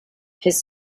his